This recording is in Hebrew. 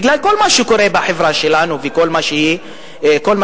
בגלל כל מה שקורה בחברה שלנו וכל מה שהיא עוברת.